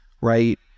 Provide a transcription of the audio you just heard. right